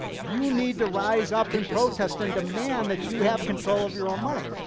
you need to rise up in protest and demand that you have control of your own money.